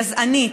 גזענית,